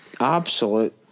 absolute